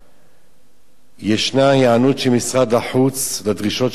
ישנה היענות של משרד החוץ לדרישות של הוותיקן לבעלות